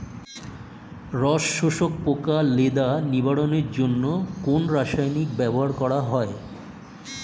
রস শোষক পোকা লেদা নিবারণের জন্য কোন রাসায়নিক ব্যবহার করা হয়?